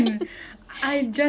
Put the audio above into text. oo ya